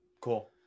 Cool